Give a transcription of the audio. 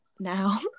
now